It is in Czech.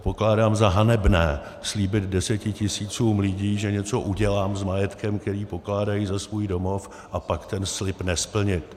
Pokládám za hanebné slíbit desetitisícům lidí, že něco udělám s majetkem, který pokládají za svůj domov, a pak ten slib nesplnit.